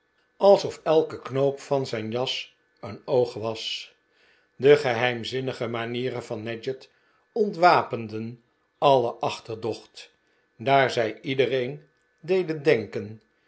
alsof elke knoop van zijn jas een oog was de geheimzinnige manieren van nadgett ontwapenden alle achterdocht daar zij iedereen deden denken